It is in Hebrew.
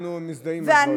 אנחנו מזדהים עם הדברים.